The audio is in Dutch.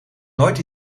nooit